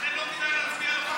לכן לא כדאי להצביע על החוק הזה.